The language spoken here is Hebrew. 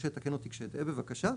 משה תקן אותי כשאטעה בבקשה,